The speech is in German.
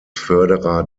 förderer